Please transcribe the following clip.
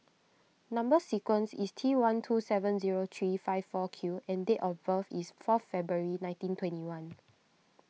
Number Sequence is T one two seven zero three five four Q and date of birth is four February nineteen twenty one